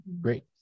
Great